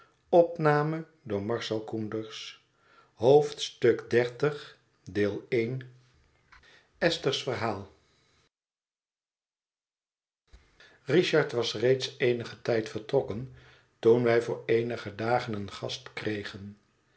xxx esther's verhaal ïüchard was reeds eenigen tijd vertrokken toen wij voor eenige dagen een gast kregen